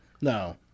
No